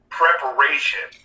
preparation